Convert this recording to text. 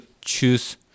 choose